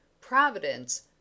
providence